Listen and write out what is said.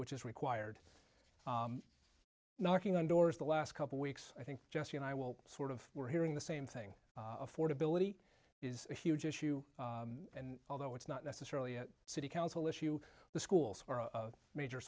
which is required knocking on doors the last couple weeks i think jesse and i will sort of we're hearing the same thing affordability is a huge issue and although it's not necessarily a city council issue the schools are a major